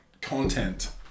content